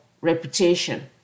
reputation